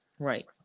right